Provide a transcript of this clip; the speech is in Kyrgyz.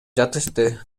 жатышты